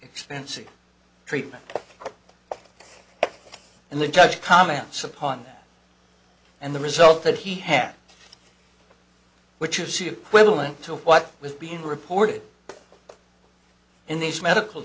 expensive treatment and the judge comments upon and the result that he had which is you quibbling to what was being reported in these medical